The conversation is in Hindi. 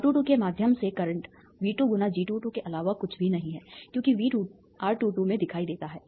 R22 के माध्यम से करंट V2 × G22 के अलावा कुछ भी नहीं है क्योंकि V2 R22 में दिखाई देता है